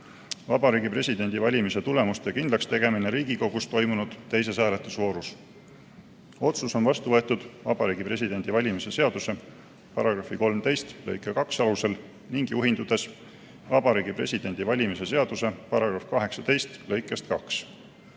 "Vabariigi Presidendi valimise tulemuste kindlakstegemine Riigikogus toimunud teises hääletusvoorus." "Otsus on vastu võetud Vabariigi Presidendi valimise seaduse § 13 lõike 2 alusel ning juhindudes Vabariigi Presidendi valimise seaduse § 18 lõikest 2.